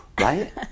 Right